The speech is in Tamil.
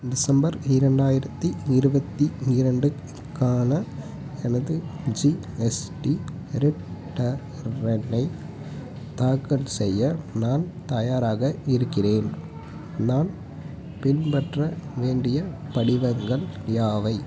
டிசம்பர் இரண்டாயிரத்தி இருபத்தி இரண்டுக்கான எனது ஜிஎஸ்டி ரிட்டனை தாக்கல் செய்ய நான் தயாராக இருக்கிறேன் நான் பின்பற்ற வேண்டிய படிவங்கள் யாவை